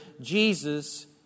Jesus